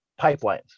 pipelines